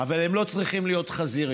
אבל הם לא צריכים להיות חזירים,